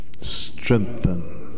strengthen